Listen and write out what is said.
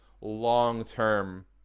long-term